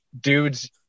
dudes